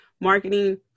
marketing